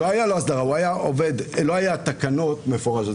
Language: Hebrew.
לא היו תקנות מפורשות.